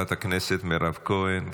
חברת הכנסת מירב כהן,